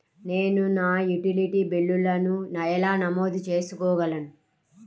నేను నా యుటిలిటీ బిల్లులను ఎలా నమోదు చేసుకోగలను?